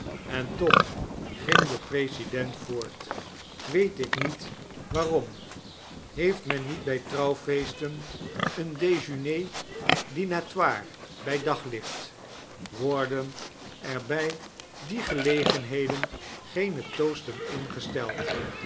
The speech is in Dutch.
en toch ging de president voort weet ik niet waarom heeft men niet bi trouwfeesten een dejeuner dinatoire by daglicht worden er by die gelegenheden geene toasten ingesteld